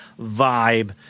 vibe